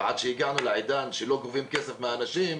ועד שהגענו לעידן שלא גובים כסף מאנשים,